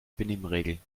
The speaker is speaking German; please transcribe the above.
benimmregeln